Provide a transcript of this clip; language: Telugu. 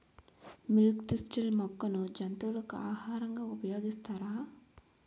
మిల్క్ తిస్టిల్ మొక్కను జంతువులకు ఆహారంగా ఉపయోగిస్తారా?